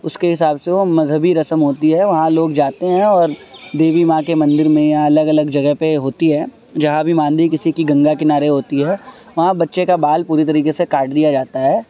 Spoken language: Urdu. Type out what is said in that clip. اس کے حساب سے وہ مذہبی رسم ہوتی ہے وہاں لوگ جاتے ہیں اور دیوی ماں کے مندر میں یا الگ الگ جگہ پہ ہوتی ہے جہاں بھی معان لیں کسی کی گنگا کنارے ہوتی ہے وہاں بچے کا بال پوری طریقے سے کاٹ دیا جاتا ہے